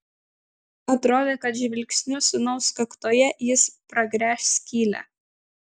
atrodė kad žvilgsniu sūnaus kaktoje jis pragręš skylę